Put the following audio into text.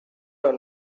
are